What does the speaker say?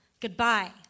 Goodbye